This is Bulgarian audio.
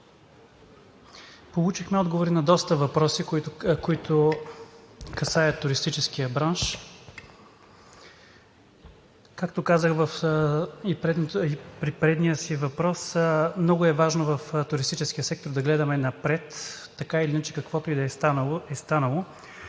Получихме отговори на доста въпроси, които касаят туристическия бранш. Както казах и при предния си въпрос, много е важно в туристическия сектор да гледаме напред. Така или иначе каквото и да е станало,